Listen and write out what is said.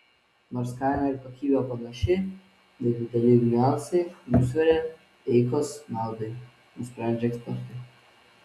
nors kaina ir kokybė panaši nedideli niuansai nusveria eikos naudai nusprendžia ekspertai